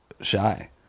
shy